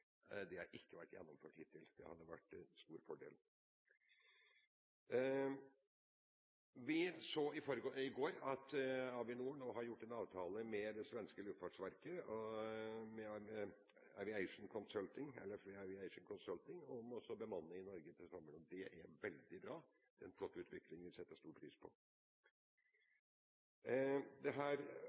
Det har ikke vært gjennomført hittil. Det hadde vært en stor fordel. Vi så i går at Avinor har gjort en avtale med det svenske luftfartsverket, dvs. med LVF Aviation Consulting, om bemanning i Norge til sommeren. Det er veldig bra. Det er en flott utvikling som vi setter stor pris på. Forslaget tar også for seg at vi bør få et sterkere nordisk samarbeid, og det